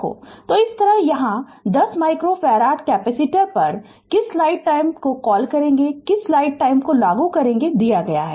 तो इस तरह यहां 10 माइक्रोफ़ारड कैपेसिटर पर किस स्लाइड टाइम कॉल को किस स्लाइड टाइम कॉल पर लागू किया जाता है